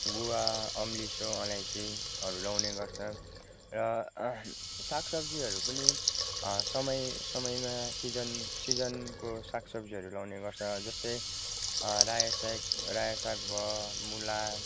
गुवा अम्लिसो अलैँचीहरू लाउने गर्छ र साग सब्जीहरू पनि समय समयमा सिजन सिजनको साग सब्जीहरू लाउने गर्छ जस्तै रायो साग रायो साग भयो मूला